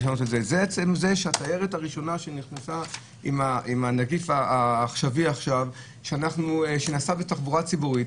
התיירת הראשונה שנכנסה עם הנגיף העכשווי שנסעה בתחבורה ציבורית,